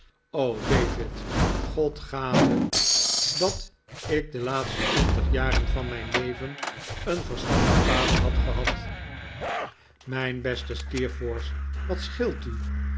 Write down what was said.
david god gave dat ik de laatste twintig jaren van mijn leven een verstandigen vader had gehad mijn beste steerforth wat scheelt u